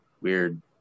weird